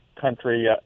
country